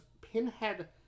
Pinhead